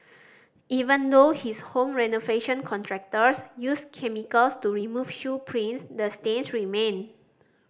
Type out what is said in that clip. even though his home renovation contractors used chemicals to remove shoe prints the stains remained